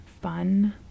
fun